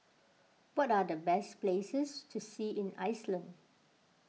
what are the best places to see in Iceland